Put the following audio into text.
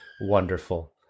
wonderful